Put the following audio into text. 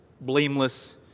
blameless